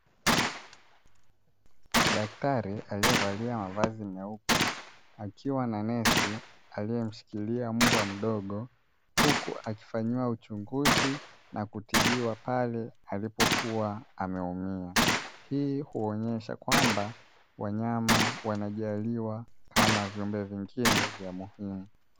Daktari aliyevalia mavazi meupe akiwa na nesi aliyemshikilia mbwa mdogo, huku akifanyiwa uchunguzi na kutibiwa pale alipokuwa ameumia, hii huonyesha kwamba wanyama wanajaliwa kama viumbe vingine vya muhimu.